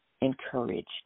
encouraged